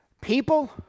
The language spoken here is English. People